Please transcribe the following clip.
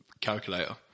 calculator